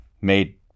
made